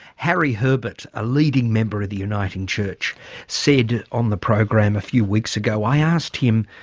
harry herbert a leading member of the uniting church said on the program a few weeks ago, i asked him,